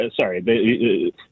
sorry